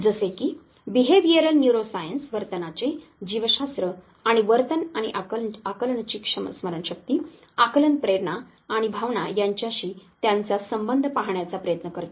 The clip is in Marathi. जसे की बिहेव्हीयरल न्यूरोसायन्स वर्तनाचे जीवशास्त्र आणि वर्तन आणि आकलनची स्मरणशक्ती आकलन प्रेरणा आणि भावना यांच्याशी त्याचा संबंध पाहण्याचा प्रयत्न करते